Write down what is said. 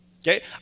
okay